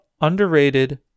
underrated